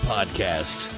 Podcast